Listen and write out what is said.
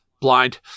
blind